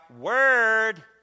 word